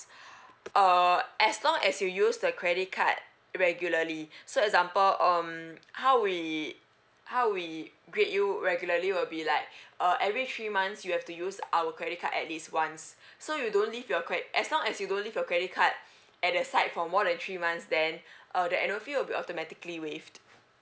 uh as long as you use the credit card regularly so example um how we how we grade you regularly will be like uh every three months you have to use our credit card at least once so you don't leave your cre~ as long as you don't leave your credit card at the side for more than three months then uh the annual fee will be automatically waived